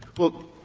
bullock